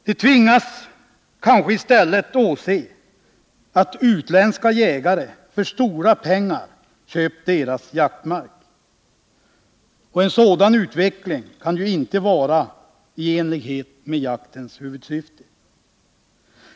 De tvingas kanske i stället åse hur utländska jägare för stora summor köper deras jaktmark. En sådan utveckling kan inte sägas överensstämma med jaktens huvudsyfte.